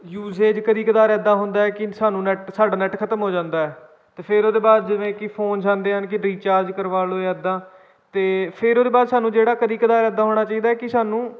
usage ਕਦੇ ਕਦਾਰ ਇੱਦਾਂ ਹੁੰਦਾ ਹੈ ਕਿ ਸਾਨੂੰ ਨੈੱਟ ਸਾਡਾ ਨੈੱਟ ਖਤਮ ਹੋ ਜਾਂਦਾ ਤਾਂ ਫਿਰ ਉਹਦੇ ਬਾਅਦ ਜਿਵੇਂ ਕਿ ਫ਼ੋਨ ਜਾਂਦੇ ਹਨ ਕਿ ਰੀਚਾਰਜ ਕਰਵਾ ਲਓ ਜਾਂ ਇੱਦਾਂ ਤਾਂ ਫਿਰ ਉਹਦੇ ਬਾਅਦ ਸਾਨੂੰ ਜਿਹੜਾ ਕਦੇ ਕਦਾਰ ਇੱਦਾਂ ਹੋਣਾ ਚਾਹੀਦਾ ਕਿ ਸਾਨੂੰ